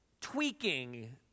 tweaking